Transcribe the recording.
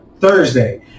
Thursday